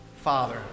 Father